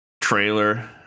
trailer